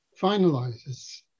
finalizes